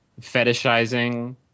fetishizing